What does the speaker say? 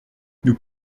nous